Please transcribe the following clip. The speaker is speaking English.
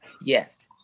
Yes